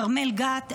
כרמל גת,